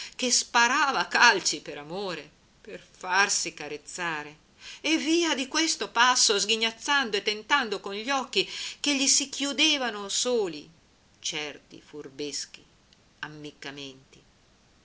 che sparava calci per amore per farsi carezzare e via di questo passo sghignazzando e tentando con gli occhi che gli si chiudevano soli certi furbeschi ammiccamenti